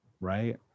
Right